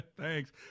Thanks